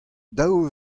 dav